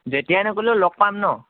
যেতিয়াই নগ'লেও লগ পাম ন